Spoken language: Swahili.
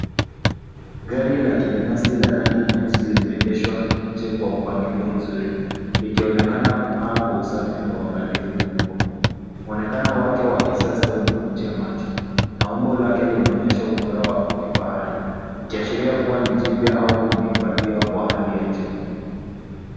Gari la kibinafsi la rangi nyeusi limeegeshwa nje kwa mpangilio mzuri, likionekana kung'aa kwa usafi na uangalifu mkubwa. Muonekano wake wa kisasa unavutia macho, na umbo lake linaonyesha ubora wa kifahari, ikiashiria kuwa ni jipya au limeifadhiwa kwa hali ya juu.